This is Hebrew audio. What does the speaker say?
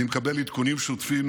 אני מקבל עדכונים שוטפים